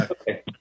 Okay